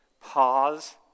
pause